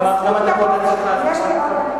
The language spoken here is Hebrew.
כמה דקות את צריכה?